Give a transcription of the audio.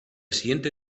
siguiente